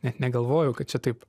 net negalvojau kad čia taip